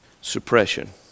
Suppression